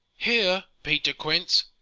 here, peter quince.